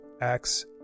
Acts